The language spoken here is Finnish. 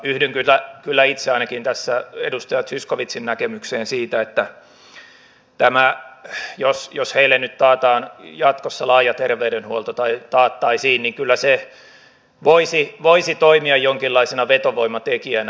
yhdyn kyllä itse ainakin tässä edustaja zyskowiczin näkemykseen siitä että jos heille nyt taattaisiin jatkossa laaja terveydenhuolto niin kyllä se voisi toimia jonkinlaisena vetovoimatekijänä